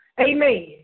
Amen